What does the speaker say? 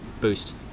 boost